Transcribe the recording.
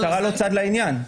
המשטרה לא צד לעניין.